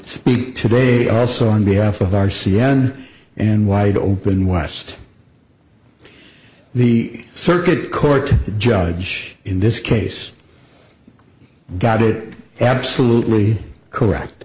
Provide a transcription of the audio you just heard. speak today also on behalf of our c n n and wide open west the circuit court judge in this case got it absolutely correct